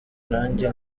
nanjye